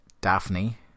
Daphne